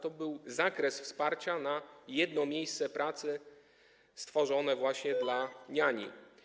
To był zakres wsparcia na jedno miejsce pracy stworzone dla niani.